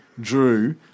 drew